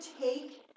take